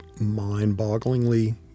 mind-bogglingly